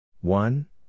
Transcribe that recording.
One